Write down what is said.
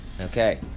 Okay